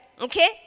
Okay